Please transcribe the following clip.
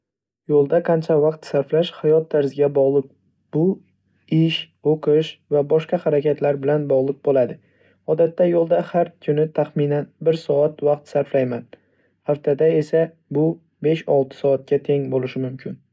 Yo‘lda qancha vaqt sarflash hayot tarziga bog‘liq, bu ish, o‘qish va boshqa harakatlar bilan bog‘liq bo‘ladi. Odatda yo‘lda har kuni taxminan bir soat vaqt sarflayman. Haftada esa bu besh-olti soatga teng bo‘lishi mumkin.